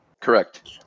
Correct